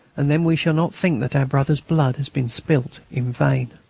and then we shall not think that our brothers' blood has been spilt in vain.